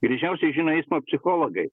greičiausiai žino eismo psichologai